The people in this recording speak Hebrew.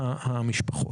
בכך.